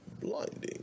Blinding